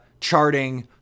charting